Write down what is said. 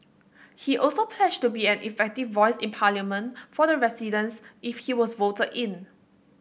he also pledged to be an effective voice in Parliament for the residents if he was voted in